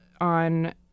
on